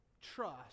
trust